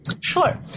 Sure